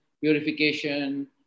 purification